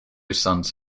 sons